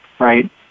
Right